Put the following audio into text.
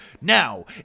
Now